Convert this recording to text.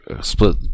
split